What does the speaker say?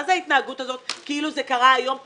מה זאת ההתנהגות הזאת כאילו זה קרה היום פתאום?